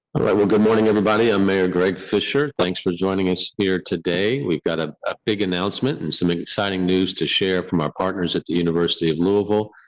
good morning, everybody. a mayor greg fischer. thanks for joining us here today. we've got ah a big announcement and something signing news to share from our partners at the university of louisville.